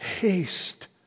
haste